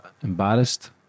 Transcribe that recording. embarrassed